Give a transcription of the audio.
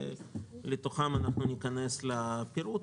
ובתוכם אנחנו ניכנס לפירוט,